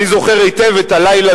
אני זוכר היטב את הלילה